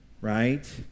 right